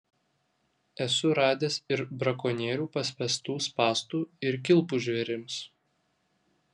esu radęs ir brakonierių paspęstų spąstų ir kilpų žvėrims